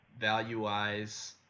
value-wise